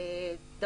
(שקף: עדכון נתוני הרוגים בתאונות דרכים בכבישים ל-12/7/2020).